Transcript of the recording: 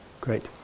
Great